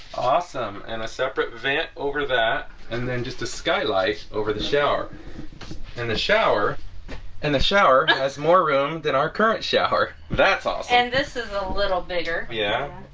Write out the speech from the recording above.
awesome and a separate vent over that and then just a skylight over the shower and the shower and the shower has more room than our current shower. that's awesome. and this is a little bigger yeah,